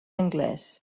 anglès